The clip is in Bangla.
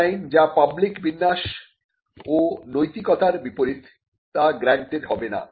ডিজাইন যা পাবলিক বিন্যাস ও নৈতিকতার বিপরীত তা গ্র্যান্টেড হবে না